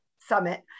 summit